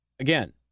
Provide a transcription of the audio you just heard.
Again